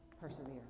persevere